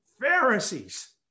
Pharisees